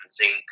zinc